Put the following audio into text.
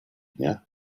дня